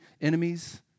enemies